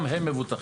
גם הם מבוטחים.